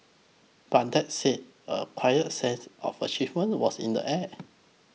but that said a quiet sense of achievement was in the air